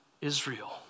Israel